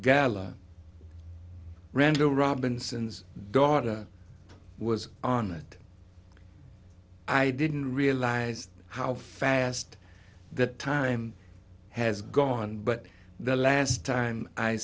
gala randall robinson's daughter was on it i didn't realize how fast that time has gone but the last time i